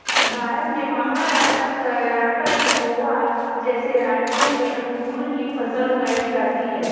भारत में महाराष्ट्र, कर्णाटक, गोवा जैसे राज्यों में अंगूर की फसल उगाई जाती हैं